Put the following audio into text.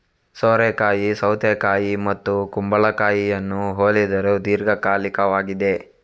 ಸೋರೆಕಾಯಿ ಸೌತೆಕಾಯಿ ಮತ್ತು ಕುಂಬಳಕಾಯಿಯನ್ನು ಹೋಲಿದರೂ ದೀರ್ಘಕಾಲಿಕವಾಗಿದೆ